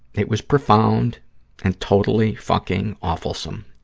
it was profound and totally fucking awfulsome.